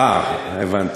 אה, הבנתי,